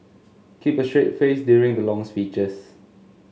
keep a straight face during the long speeches